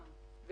אם